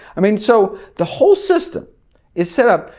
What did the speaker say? i mean so the whole system is set up,